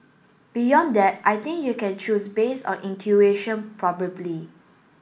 beyond that I think you can choose based on intuition probably